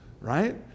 right